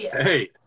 Hey